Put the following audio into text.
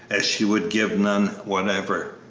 as she would give none whatever.